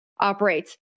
operates